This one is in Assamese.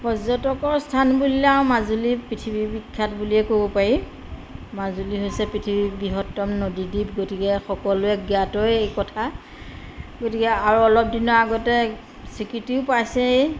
পৰ্যটকৰ স্থান বুলিলে আৰু মাজুলী পৃথিৱীৰ বিখ্যাত বুলিয়ে ক'ব পাৰি মাজুলী হৈছে পৃথিৱীৰ বৃহত্তম নদীদ্বীপ গতিকে সকলোৱে জ্ঞাত এই কথা গতিকে আৰু অলপ দিনৰ আগতে স্বীকৃতিও পাইছে এই